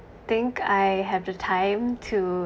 think I have the time to